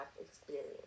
experience